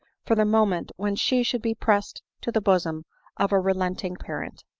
for the moment when she should be pressed to the bosom of a relenting parent.